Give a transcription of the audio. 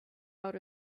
out